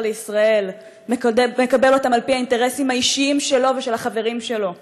לישראל מקבל אותן על פי האינטרסים האישיים שלו ושל החברים שלו.